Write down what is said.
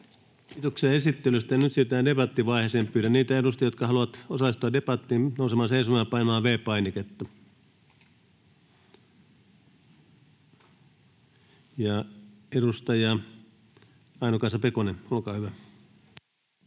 Kiitoksia esittelystä. — Ja nyt siirrytään debattivaiheeseen. Pyydän niitä edustajia, jotka haluavat osallistua debattiin, nousemaan seisomaan ja painamaan V-painiketta. — Edustaja Aino-Kaisa Pekonen, olkaa hyvä.